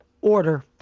order